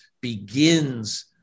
begins